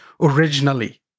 originally